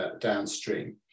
downstream